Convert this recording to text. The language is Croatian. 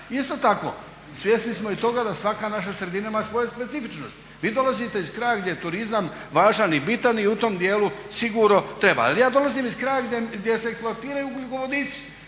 Isto tako svjesni smo i toga da svaka naša sredina ima svoju specifičnost. Vi dolazite iz kraja gdje je turizam važan i bitan i u tom dijelu sigurno treba. Ali ja dolazim iz kraja gdje se eksploatiraju ugljikovodici,